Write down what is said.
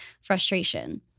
frustration